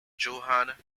johann